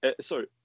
sorry